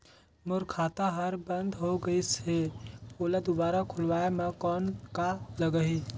मोर खाता हर बंद हो गाईस है ओला दुबारा खोलवाय म कौन का लगही?